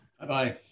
Bye-bye